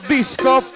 Disco